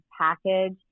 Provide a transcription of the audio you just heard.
package